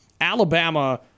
Alabama